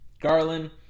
Garland